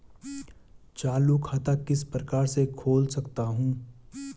चालू खाता किस प्रकार से खोल सकता हूँ?